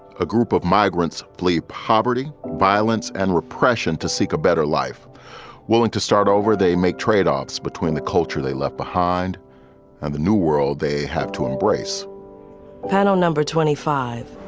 a group of migrants flee poverty, violence and repression to seek a better life willing to start over, they make tradeoffs between the culture they left behind and the new world they have to embrace panel number twenty five.